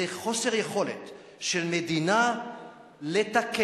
זה חוסר יכולת של מדינה לתקן,